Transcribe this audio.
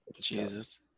Jesus